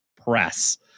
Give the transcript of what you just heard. press